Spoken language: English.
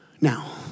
now